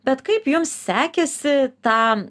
bet kaip jums sekėsi tą